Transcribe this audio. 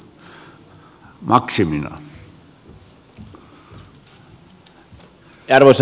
arvoisa puhemies